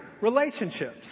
relationships